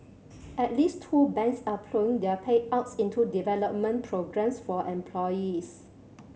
at least two banks are ploughing their payouts into development programmes for employees